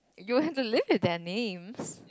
you'll live with their names